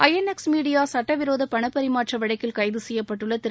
INX Media சட்டவிரோத பணப்பரிமாற்ற வழக்கில் கைது செய்யப்பட்டுள்ள திரு